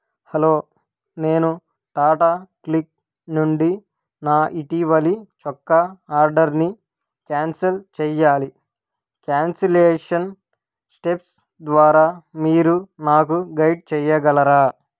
hello నేను Tata CLiQ నుండి నా ఇటీవలి చొక్కా ఆర్డర్ని క్యాన్సల్ చేయాలి క్యాన్సిలేషన్ స్టెప్స్ ద్వారా మీరు నాకు గైడ్ చేయగలరా